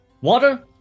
Water